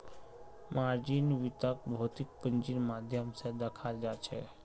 margin वित्तक भौतिक पूंजीर माध्यम स दखाल जाछेक